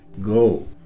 go